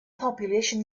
population